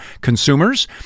consumers